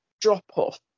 drop-off